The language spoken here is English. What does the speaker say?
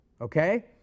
Okay